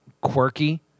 quirky